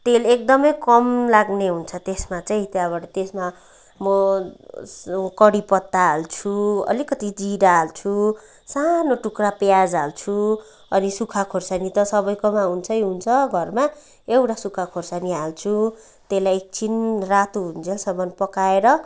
तेल एकदमै कम लाग्ने हुन्छ त्यसमा चाहिँ त्यहाँबाट त्यसमा म कडी पत्ता हाल्छु अलिकति जिरा हाल्छु सानो टुक्रा प्याज हाल्छु अनि सुखा खोर्सानी त सबैकोमा हुन्छै हुन्छ घरमा एउटा सुखा खोर्सानी हाल्छु त्यसलाई एकछिन रातो हुन्जेलसम्म पकाएर